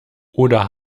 oder